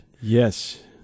Yes